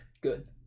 Good